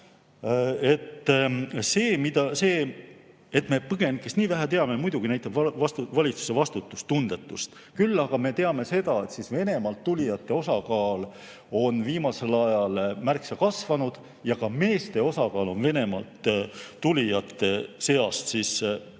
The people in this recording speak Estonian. See, et me põgenikest nii vähe teame, muidugi näitab valitsuse vastutustundetust. Samas me teame seda, et Venemaalt tulijate osakaal on viimasel ajal märksa kasvanud ja ka meeste osakaal Venemaalt tulijate seas on